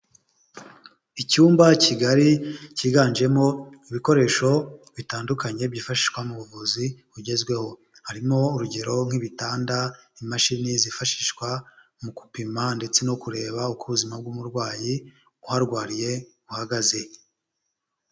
Icyumba kigari cyiganjemo ibikoresho bitandukanye byifashishwa mu buvuzi bugezweho, harimo urugero nk'ibitanda, imashini zifashishwa mu gupima ndetse no kureba uko ubuzima bw'umurwayi uharwariye buhagaze.